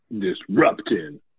Disrupting